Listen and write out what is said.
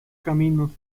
caminos